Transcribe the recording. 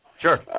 Sure